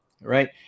right